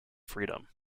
freedom